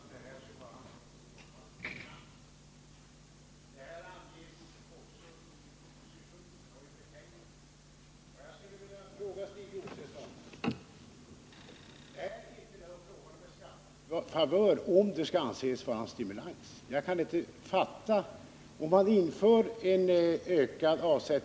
Herr talman! Stig Josefson har i sitt anförande hela tiden upprepat att det är fråga om en stimulansåtgärd. Det anges också i propositionen och i betänkandet. Jag skulle vilja fråga Stig Josefson: Är det då ändå inte fråga om en skattefavör?